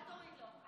אל תוריד לו.